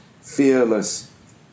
fearless